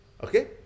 Okay